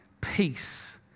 peace